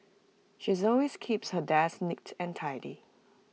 she's always keeps her desk neat and tidy